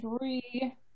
three